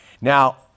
Now